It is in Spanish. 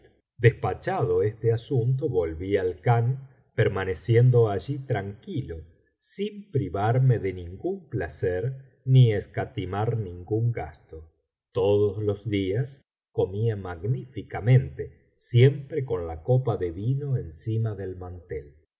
despachado este asunto volví al khan permaneciendo allí tranquilo sin privarme de ningún placer ni escatimar ningún gasto todos los días comía magníficamente siempre con la copa de vino encima del mantel